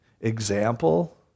example